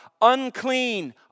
unclean